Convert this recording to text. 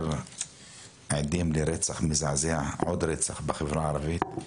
עדים לעוד רצח, רצח מזעזע, בחברה הערבית.